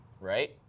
right